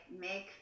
make